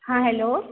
हॅं हेल्लो